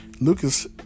Lucas